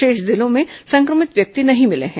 शेष जिलों में संक्रमित व्यक्ति नहीं मिले हैं